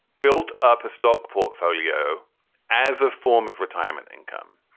built up a stock portfolio as a form of retirement income.